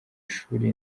ishuri